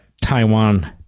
Taiwan